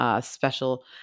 special